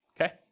okay